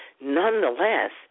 Nonetheless